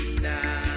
now